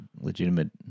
legitimate